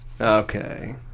okay